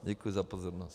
Děkuji za pozornost.